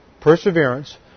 perseverance